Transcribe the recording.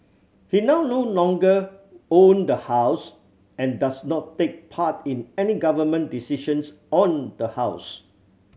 he now no longer own the house and does not take part in any Government decisions on the house